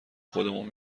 خودمون